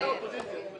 לא